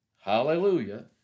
hallelujah